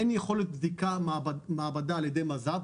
אין יכולת בדיקת מעבדה על ידי מז"פ,